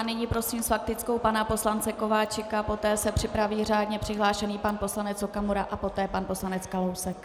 Nyní prosím s faktickou pana poslance Kováčika, poté se připraví řádně přihlášený pan poslanec Okamura a poté pan poslanec Kalousek.